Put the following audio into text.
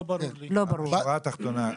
השורה התחתונה,